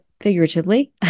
figuratively